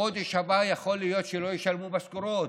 בחודש הבא יכול להיות שלא ישלמו משכורות,